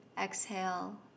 exhale